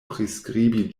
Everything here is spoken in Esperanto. priskribi